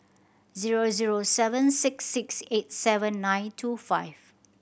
zero zero seven six six eight seven nine two five